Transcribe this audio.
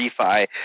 refi